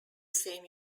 same